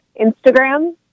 Instagram